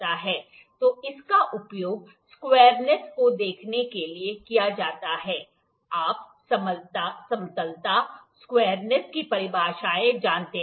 तो इसका उपयोग स्क्वायरनेस को देखने के लिए किया जाता है आप समतलता स्क्वायरनेस की परिभाषाएँ जानते हैं